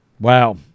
Wow